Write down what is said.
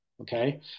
okay